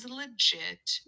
legit